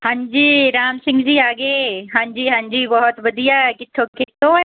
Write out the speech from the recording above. ਹਾਂਜੀ ਰਾਮ ਸਿੰਘ ਜੀ ਆ ਗਏ ਹਾਂਜੀ ਹਾਂਜੀ ਬਹੁਤ ਵਧੀਆ ਕਿੱਥੋਂ